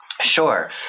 Sure